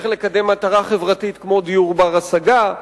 לקדם מטרה חברתית כמו דיור בר-השגה,